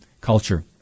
culture